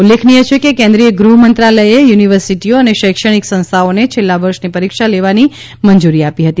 ઉલ્લેખનીય છે કે કેન્દ્રિય ગૃહ મંત્રાલયે યુનિવર્સિટીઓ અને શૈક્ષણિક સંસ્થાઓને છેલ્લા વર્ષની પરીક્ષા લેવાની મંજુરી આપી હતી